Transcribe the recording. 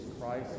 Christ